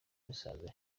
musanze